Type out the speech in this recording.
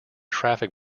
traffic